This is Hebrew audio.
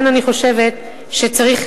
אני אחסוך מכם,